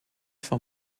for